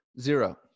zero